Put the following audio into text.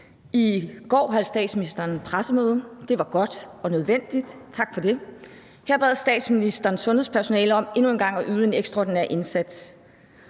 I går holdt statsministeren pressemøde. Det var godt og nødvendigt, tak for det. Her bad statsministeren sundhedspersonalet om endnu en gang at yde en ekstraordinær indsats,